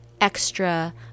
extra